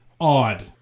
odd